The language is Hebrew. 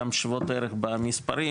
הן שוות ערך גם במספרים,